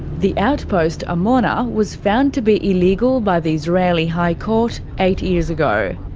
the outpost amona was found to be illegal by the israeli high court eight years ago.